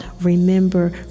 remember